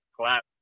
Clap